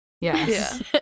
Yes